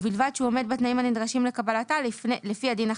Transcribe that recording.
ובלבד שהוא עומד בתנאים הנדרשים לקבלתה לפי הדין החדש,